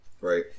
Right